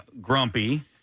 Grumpy